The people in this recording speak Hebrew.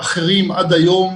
אחרים אחד מהם